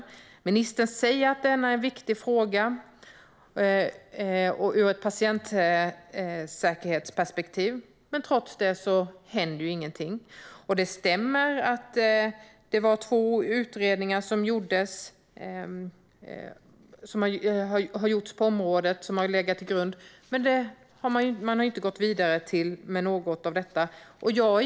Ministern säger att detta är en viktig fråga ur patientsäkerhetsperspektiv, men trots det händer ingenting. Det stämmer att två utredningar har gjorts på området, men man har inte gått vidare med någon av dessa.